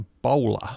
bowler